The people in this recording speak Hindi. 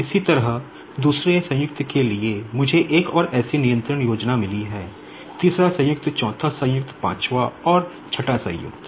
इसी तरह दूसरे संयुक्त के लिए मुझे एक और ऐसी नियंत्रण योजना मिली है तीसरा संयुक्त चौथा संयुक्त पाँचवाँ और छठा संयुक्त